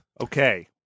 Okay